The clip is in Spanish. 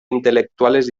intelectuales